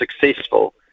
successful